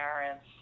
parents